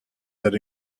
that